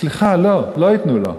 סליחה, לא, לא ייתנו לו.